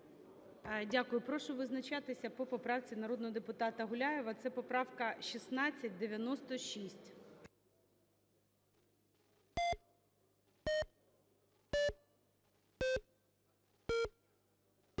Дякую. Прошу визначатися по поправці народного депутата Гуляєва. Це поправка 1696.